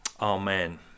Amen